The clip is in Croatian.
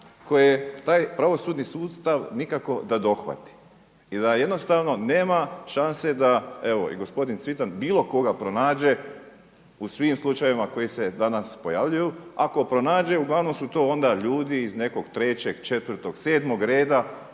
koje je taj pravosudni sustav nikako da dohvati i da jednostavno nema šanse da evo i gospodin Cvitan bilo tko da pronađe u svim slučajevima koji se danas pojavljuju. Ako pronađe uglavnom su to onda ljudi iz nekog trećeg, četvrtog, sedmog reda